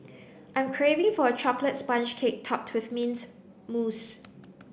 I'm craving for a chocolate sponge cake topped with mint mousse